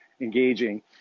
engaging